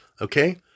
Okay